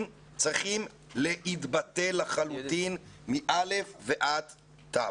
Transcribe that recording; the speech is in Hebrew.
צריכים להתבטל לחלוטין מ-א' ועד ת'.